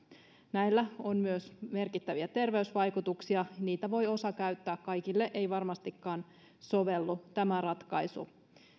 näillä on myös merkittäviä terveysvaikutuksia niitä voi osa käyttää kaikille ei varmastikaan sovellu tämä ratkaisu